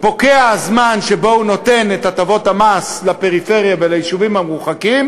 פוקע הזמן שבו הוא נותן את הטבות המס לפריפריה וליישובים המרוחקים,